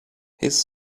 his